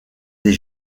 des